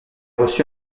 reçu